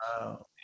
Wow